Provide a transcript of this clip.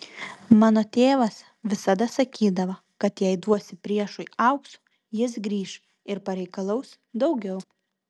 mano tėvas visada sakydavo kad jei duosi priešui aukso jis grįš ir pareikalaus daugiau